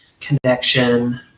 connection